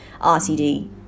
RCD